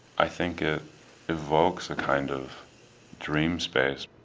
i think it evokes a kind of dream space.